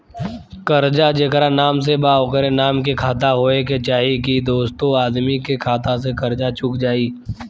कर्जा जेकरा नाम से बा ओकरे नाम के खाता होए के चाही की दोस्रो आदमी के खाता से कर्जा चुक जाइ?